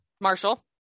Marshall